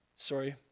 Sorry